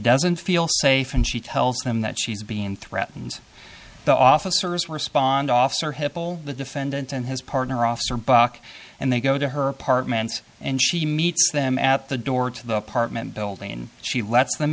doesn't feel safe and she tells him that she's being threatened the officers respond officer hippel the defendant and his partner officer buck and they go to her apartment and she meets them at the door to the apartment building and she lets them